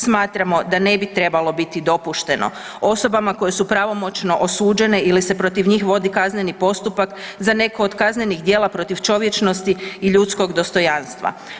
Smatramo da ne bi trebalo biti dopušteno osobama koje su pravomoćno osuđene ili se protiv njih vodi kazneni postupak za neko od kaznenih djela protiv čovječnosti i ljudskog dostojanstva.